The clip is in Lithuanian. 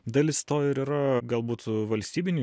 dalis to ir yra galbūt valstybinių